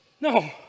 No